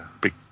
big